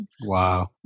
Wow